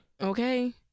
okay